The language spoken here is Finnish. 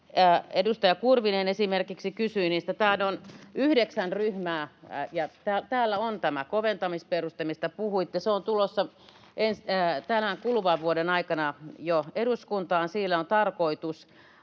edustaja Kurvinen kysyi niistä. Täällä on yhdeksän ryhmää, ja täällä on tämä koventamisperuste, mistä puhuitte. Se on tulossa jo tämän kuluvan vuoden aikana eduskuntaan. Siinä on tarkoitus